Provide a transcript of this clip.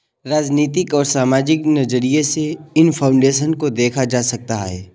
राजनीतिक और सामाजिक नज़रिये से इन फाउन्डेशन को देखा जा सकता है